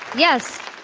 yes.